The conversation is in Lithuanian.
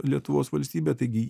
lietuvos valstybė taigi